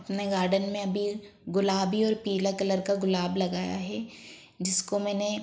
अपने गार्डन में अभी गुलाबी और पीला कलर का गुलाब लगाया है जिसको मैंने